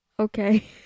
Okay